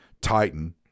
Titan